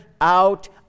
out